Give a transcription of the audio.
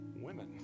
women